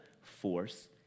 force